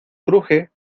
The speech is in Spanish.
cruje